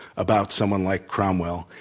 about someone like cromwell.